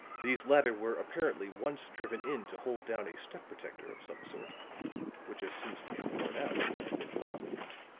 these latter were, apparently, once driven in to hold down a step-protector of some sort which has since become worn out and been removed.